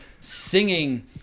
singing